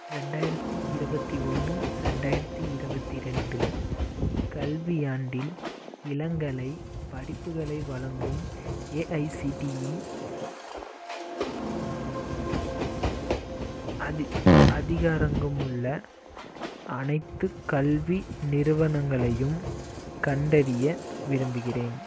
ரெண்டாயிரத்தி இருபத்தி ஒன்று ரெண்டாயிரத்தி இருபத்தி ரெண்டு கல்வியாண்டில் இளங்கலை படிப்புகளை வழங்கும் ஏஐசிடிஇ அதிகாரங்கும் உள்ள அனைத்து கல்வி நிறுவனங்களையும் கண்டறிய விரும்புகிறேன்